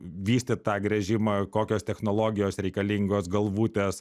vystyt tą gręžimą kokios technologijos reikalingos galvutės